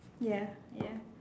ya ya